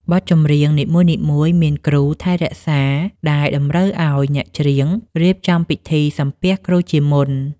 បទចម្រៀងនីមួយៗមានគ្រូ ថែរក្សា ដែលតម្រូវឱ្យអ្នកច្រៀងរៀបចំពិធីសំពះគ្រូជាមុន។